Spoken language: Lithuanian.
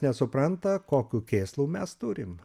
nesupranta kokių kėslų mes turim